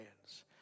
hands